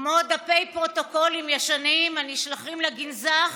כמו דפי פרוטוקולים ישנים הנשלחים לגנזך,